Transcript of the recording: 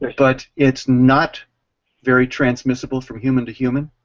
but its not very transmissible from human to human.